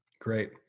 Great